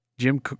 Jim